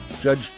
Judge